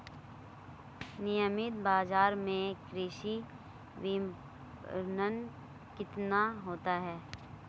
नियमित बाज़ार में कृषि विपणन कितना होता है?